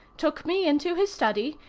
took me into his study,